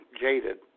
Jaded